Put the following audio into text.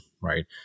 right